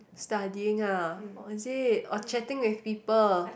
studying ah oh is it or chatting with people